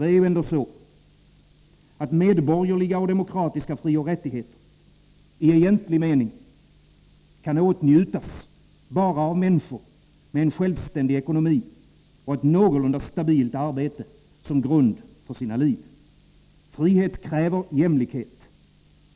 Det förhåller sig nämligen så att medborgerliga samt demokratiska frioch rättigheter i egentlig mening bara kan åtnjutas av människor med självständig ekonomi och med ett någorlunda stabilt arbete som grund för sina liv. Frihet kräver jämlikhet.